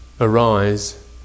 arise